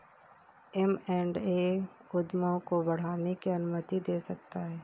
M and A उद्यमों को बढ़ाने की अनुमति दे सकता है